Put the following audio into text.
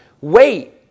wait